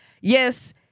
Yes